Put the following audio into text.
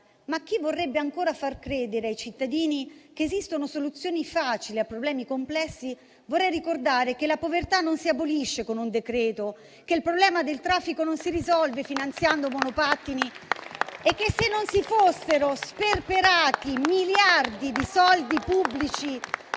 a chi vorrebbe ancora far credere ai cittadini che esistono soluzioni facili a problemi complessi, vorrei ricordare che la povertà non si abolisce con un decreto; che il problema del traffico non si risolve finanziando monopattini; e che, se non si fossero sperperati miliardi di soldi pubblici